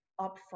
upfront